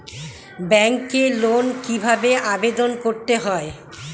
ব্যাংকে লোন কিভাবে আবেদন করতে হয়?